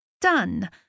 Done